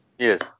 Yes